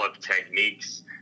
techniques